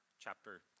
chapter